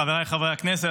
חבריי חברי הכנסת,